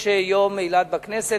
יש יום אילת בכנסת.